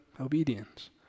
Obedience